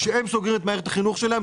כשהם סוגרים את מערכת החינוך שלהם,